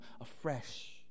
afresh